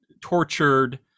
tortured